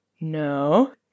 no